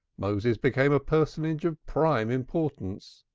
moses became a personage of prime importance,